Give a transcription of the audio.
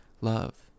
love